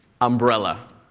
umbrella